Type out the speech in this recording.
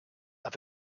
are